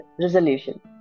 resolution